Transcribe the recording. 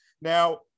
now